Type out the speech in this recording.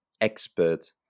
expert